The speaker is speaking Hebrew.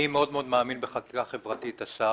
אני מאוד מאמין בחקיקה חברתית, השר,